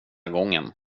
gången